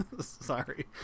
Sorry